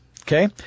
Okay